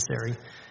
necessary